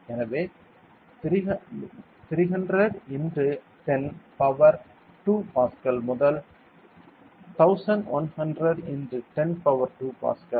எனவே 300 x 10 power 2 pascal முதல் 1100 x 10 power 2 pascal